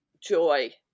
joy